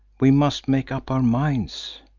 we must make up our minds.